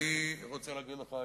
אני רוצה להגיד לך,